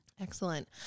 Excellent